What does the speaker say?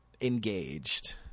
engaged